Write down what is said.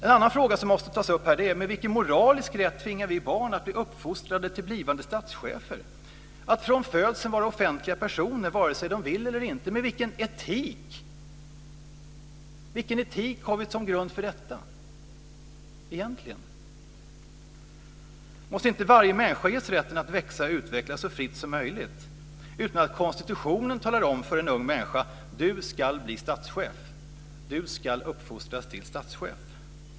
En annan fråga som måste tas upp här är med vilken moralisk rätt vi tvingar barn att bli uppfostrade till blivande statschefer och att från födseln vara offentliga personer vare sig de vill eller inte. Vilken etik har egentligen vi som grund för detta? Måste inte varje ung människa ges rätten att växa och utvecklas så fritt som möjligt utan att konstitutionen säger: Du ska bli statschef. Du ska uppfostras till statschef.